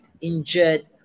injured